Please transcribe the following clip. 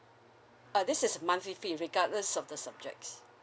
uh this is monthly fee regardless of the subjects